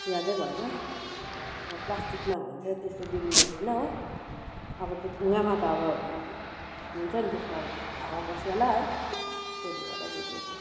यादै भएन अब प्लास्टिकमा हो भने चाहिँ त्यस्तो बिग्रिने थिएन हो अब त्यो थुङ्गामा त अब हुन्छ नि त्यस्तो अब हावा पस्यो होला है त्यसले गर्दा बिग्रेको